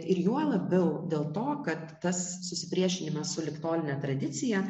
ir juo labiau dėl to kad tas susipriešinimas su ligtoline tradicija